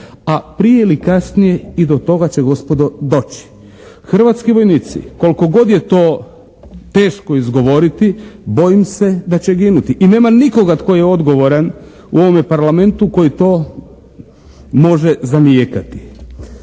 a prije ili kasnije i do toga će gospodo doći. Hrvatski vojnici koliko god je to teško izgovoriti bojim se da će ginuti. I nema nikoga tko je odgovoran u ovome Parlamentu koji to može zanijekati.